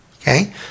Okay